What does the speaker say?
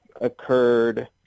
occurred